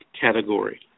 category